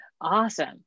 Awesome